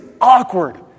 awkward